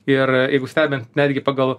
ir jeigu stebint netgi pagal